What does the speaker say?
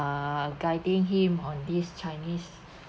uh guiding him on this chinese